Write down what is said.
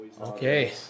Okay